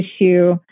issue